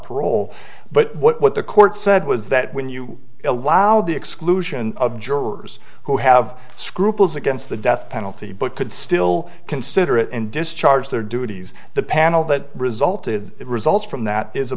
parole but what the court said was that when you allow the exclusion of jurors who have scruples against the death penalty but could still consider it and discharge their duties the panel that resulted results from that is a